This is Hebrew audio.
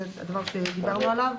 זה דבר שדיברנו עליו.